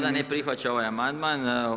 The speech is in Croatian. Vlada ne prihvaća ovaj amandman.